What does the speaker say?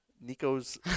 Nico's